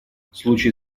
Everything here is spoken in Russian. случай